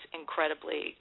incredibly